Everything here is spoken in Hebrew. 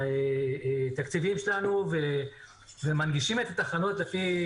התקציבים שלנו ומנגישים את התחנות לפי